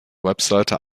website